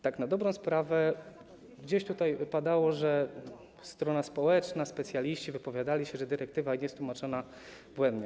Tak na dobrą sprawę gdzieś tutaj padało, że strona społeczna, specjaliści wypowiadali się, że dyrektywa jest tłumaczona błędnie.